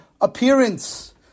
appearance